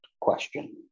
question